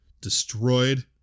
destroyed